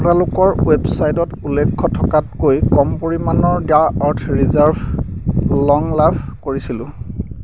আপোনালোকৰ ৱেবচাইটত উল্লেখ্য থকাতকৈ কম পৰিমানৰ দ্য আৰ্থ ৰিজাৰ্ভ লং লাভ কৰিছিলোঁ